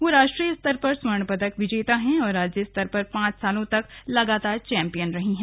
वह राष्ट्रीय स्तर पर स्वर्ण पदक विजेता हैं और राज्य स्तर पर पांच सालों तक लगातार चौंपियन रही हैं